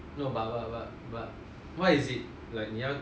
no but but but but what is it like 你要